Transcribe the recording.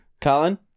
Colin